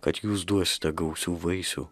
kad jūs duosite gausių vaisių